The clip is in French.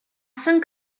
saint